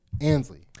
Ansley